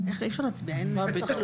פתרון.